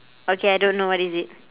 okay I don't know what is it